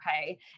okay